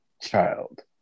child